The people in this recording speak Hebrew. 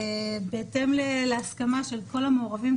בהתאם להסכמה של כל המעורבים,